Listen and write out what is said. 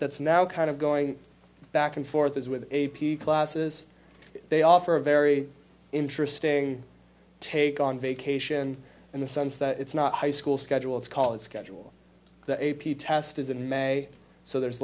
that's now kind of going back and forth as with a p classes they offer a very interesting take on vacation in the sense that it's not a high school schedule it's called schedule the a p test is in may so there's